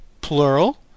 plural